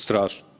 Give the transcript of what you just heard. Strašno.